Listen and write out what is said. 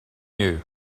you